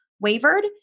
wavered